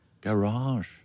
Garage